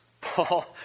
Paul